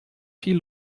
viel